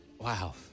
Wow